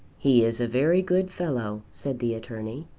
he is a very good fellow, said the attorney,